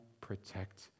protect